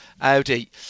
Audi